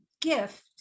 gift